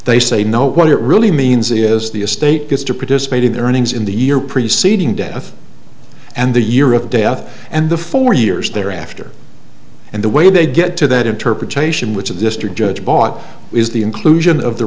they say no what it really means is the estate gets to participate in their earnings in the year preceding death and the year of death and the four years thereafter and the way they get to that interpretation which a district judge bought is the inclusion of the